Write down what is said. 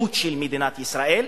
לרשעות של מדינת ישראל,